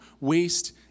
waste